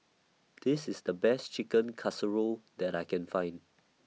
This IS The Best Chicken Casserole that I Can Find